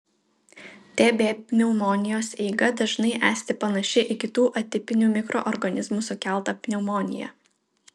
tb pneumonijos eiga dažnai esti panaši į kitų atipinių mikroorganizmų sukeltą pneumoniją